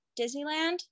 Disneyland